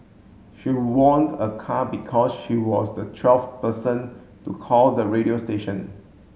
she won a car because she was the twelfth person to call the radio station